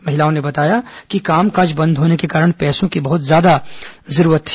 महिलाओं ने बताया कि कामकाज बंद होने के कारण पैसे की बहत ज्यादा जरूरत है